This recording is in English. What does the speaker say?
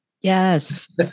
Yes